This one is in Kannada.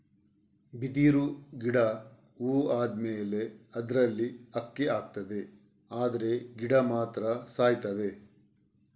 ಬಿದಿರು ಗಿಡ ಹೂ ಆದ್ಮೇಲೆ ಅದ್ರಲ್ಲಿ ಅಕ್ಕಿ ಆಗ್ತದೆ ಆದ್ರೆ ಗಿಡ ಮಾತ್ರ ಸಾಯ್ತದೆ